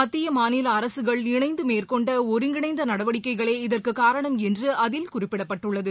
மத்திய மாநில அரசுகள் இணைந்து மேற்கொண்ட ஒருங்கிணைந்த நடவடிக்கைகளே இதற்கு காரணம் என்று அதில் குறிப்பிடப்பட்டுள்ளது